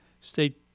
state